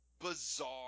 bizarre